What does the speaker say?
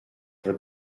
bhur